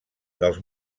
dels